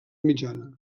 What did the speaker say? mitjana